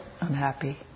unhappy